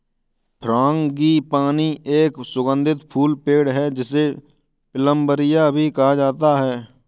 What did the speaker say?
frangipani एक सुगंधित फूल पेड़ है, जिसे प्लंबरिया भी कहा जाता है